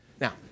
Now